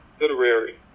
literary